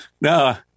No